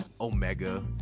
Omega